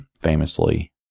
famously